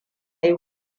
yi